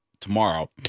tomorrow